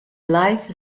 life